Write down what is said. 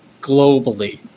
globally